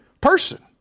person